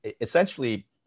essentially